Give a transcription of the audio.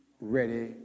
ready